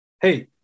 hey